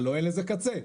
הלו אלה זה קצה,